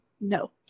No